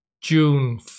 June